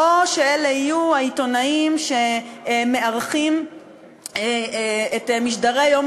או שאלה יהיו העיתונאים שמארחים את משדרי יום